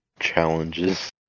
challenges